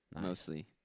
Mostly